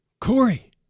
Corey